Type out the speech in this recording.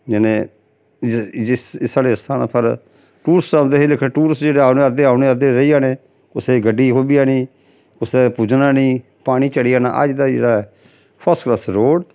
जि'नें इस साढ़े स्थान उप्पर टूरिस्ट औंदे हे लेकन टूरिस्ट जेह्ड़े औने अद्धे औने अद्धे रेही जाने कुसै दी गड्डी खुब्भी जानी कुसै ने पुज्जना निं पानी चढ़ी जाना अज्ज दा जेह्ड़ा फस्सक्लास रोड़